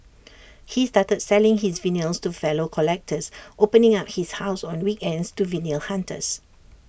he started selling his vinyls to fellow collectors opening up his house on weekends to vinyl hunters